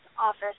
office